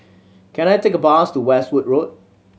can I take a bus to Westwood Road